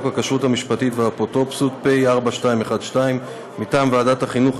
הכשרות המשפטית והאפוטרופסות (פ/4212/20) מטעם ועדת החינוך,